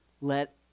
let